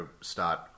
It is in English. start